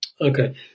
Okay